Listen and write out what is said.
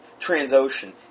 Transocean